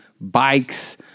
bikes